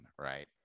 right